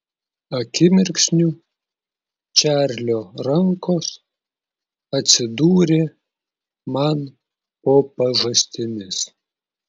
akimirksniu čarlio rankos atsidūrė man po pažastimis